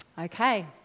Okay